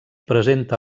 presenta